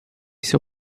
seu